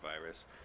virus